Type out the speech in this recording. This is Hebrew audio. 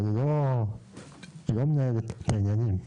אבל היא לא מנהלת את העניינים.